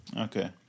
Okay